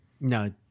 No